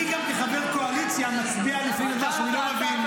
אני גם כחבר קואליציה מצביע לפעמים על משהו שאני לא מבין.